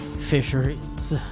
fisheries